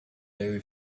very